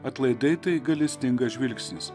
atlaidai tai gailestingas žvilgsnis